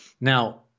now